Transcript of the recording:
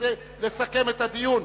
לסכם את הדיון.